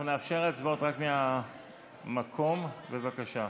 אנחנו נאפשר הצבעות רק מהמקום, בבקשה.